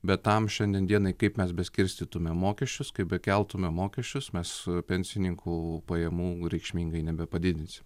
bet tam šiandien dienai kaip mes be skirstytumėme mokesčius kaip bekeltumėme mokesčius mes pensininkų pajamų reikšmingai nebepadidinsim